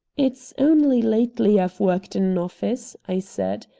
it's only lately i've worked in an office, i said.